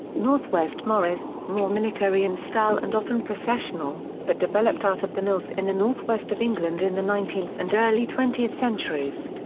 morris more military in style and often processional, that developed out of the mills in the north-west of england in the nineteenth and early twentieth centuries.